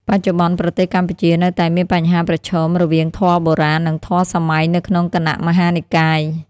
បច្ចុប្បន្ន ប្រទេសកម្ពុជានៅតែមានបញ្ហាប្រឈមរវាងធម៌បុរាណ និងធម៌សម័យនៅក្នុងគណៈមហានិកាយ។